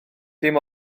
dim